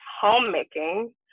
homemaking